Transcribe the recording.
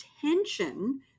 tension